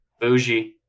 Bougie